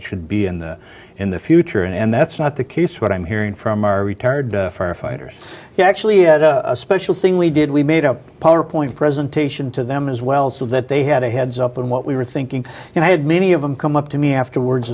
it should be in the in the future and that's not the case what i'm hearing from our retired firefighters who actually had a special thing we did we made a power point presentation to them as well so that they had a heads up on what we were thinking and i had many of them come up to me afterwards